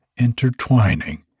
intertwining